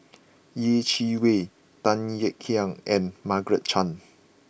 Yeh Chi Wei Tan Kek Hiang and Margaret Chan